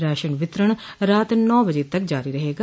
ration वितरण रात नौ बजे तक जारी रहेगा